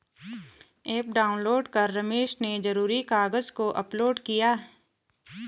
app download कर रमेश ने ज़रूरी कागज़ को अपलोड किया